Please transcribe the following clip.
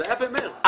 זה היה בחודש מרס,